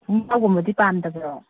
ꯈꯣꯡꯒꯥꯎꯒꯨꯝꯕꯗꯤ ꯄꯥꯝꯗꯕ꯭ꯔꯣ